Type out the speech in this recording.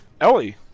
Ellie